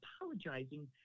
apologizing